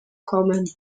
kommen